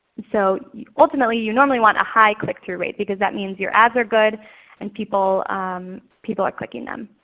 so ultimately you normally want a high click through rate because that means your ads are good and people people are clicking them.